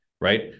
right